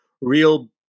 real